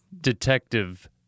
detective